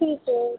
ठीक है